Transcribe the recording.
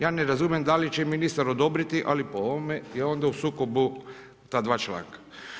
Ja ne razumijem da li će ministar odobriti, ali po ovome je onda u sukobu ta dva članka.